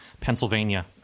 Pennsylvania